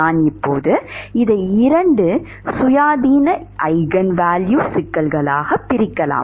நான் இப்போது இதை இரண்டு சுயாதீன ஈஜென் வேல்யூ சிக்கல்களாகப் பிரிக்கலாம்